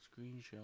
Screenshot